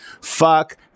fuck